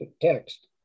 text